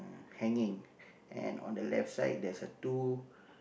hanging and on the left side there's a two